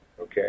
okay